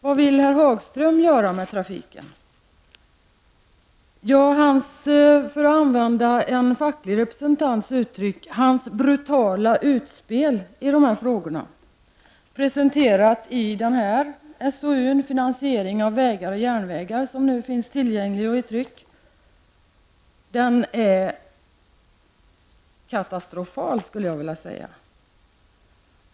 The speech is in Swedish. Hans brutala utspel i dessa frågor, för att använda en facklig representants uttryck, presenterat i en SOU med namnet Finansiering av vägar och järnvägar, och som nu finns tillgänglig, är katastrofalt.